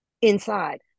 inside